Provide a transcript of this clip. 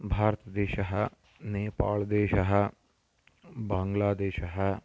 भारतदेशः नेपाल् देशः बाङ्ग्लादेशः